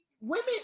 women